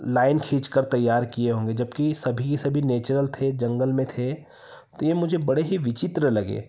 line खींच कर तैयार किए होंगे जबकि सभी के सभी नेचुरल थे जंगल में थे तो ये मुझे बड़े ही विचित्र लगे